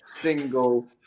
single